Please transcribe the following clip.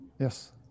Yes